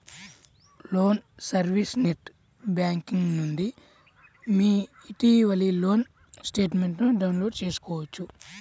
loan service net banking నుండి మీ ఇటీవలి లోన్ స్టేట్మెంట్ను డౌన్లోడ్ చేసుకోవచ్చు